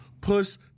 puss